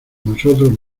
nosotros